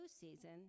season